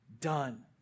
done